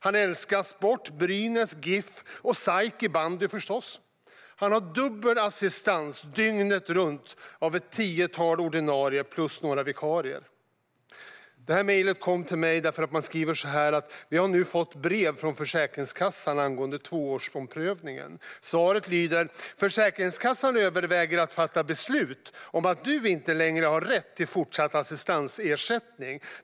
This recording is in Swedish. Han älskar sport: Brynäs, GIF och, förstås, SAIK i bandy. Han har dubbel assistans dygnet runt av ett tiotal ordinarie plus några vikarier. Pappan skriver vidare i sitt mejl: Vi har nu fått brev från Försäkringskassan angående tvåårsomprövningen. Svaret lyder: Försäkringskassan överväger att fatta beslut om att du inte längre har rätt till fortsatt assistansersättning.